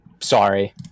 sorry